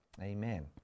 amen